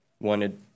wanted